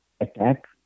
attack